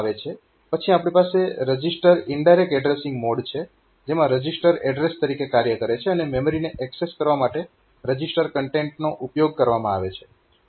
પછી આપણી પાસે રજીસ્ટર ઈનડાયરેક્ટ એડ્રેસીંગ મોડ છે જેમાં રજીસ્ટર એડ્રેસ તરીકે કાર્ય કરે છે અને મેમરીને એક્સેસ કરવા માટે રજીસ્ટર કન્ટેન્ટનો ઉપયોગ કરવામાં આવે છે